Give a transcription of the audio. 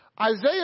Isaiah